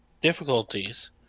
difficulties